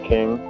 King